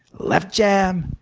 left jab,